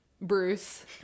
Bruce